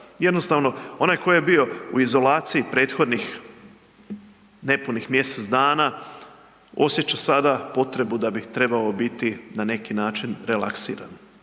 jednostavno onaj tko je bio u izolaciji prethodnih nepunih mjesec dana osjeća sada potrebu da bi trebao biti na neki način relaksiran.